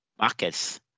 markets